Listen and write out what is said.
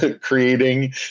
creating